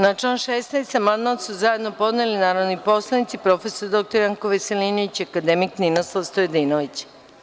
Na član 16. amandman su zajedno podneli narodni poslanici prof. dr Janko Veselinović i akademik Ninoslav Stojadinović.